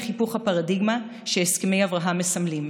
היפוך הפרדיגמה שהסכמי אברהם מסמלים: